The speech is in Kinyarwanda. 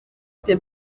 the